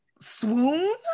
swoon